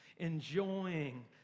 enjoying